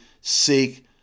seek